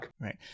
Right